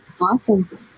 Awesome